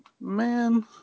man